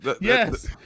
Yes